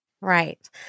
Right